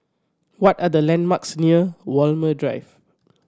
what are the landmarks near Walmer Drive